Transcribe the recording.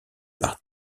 par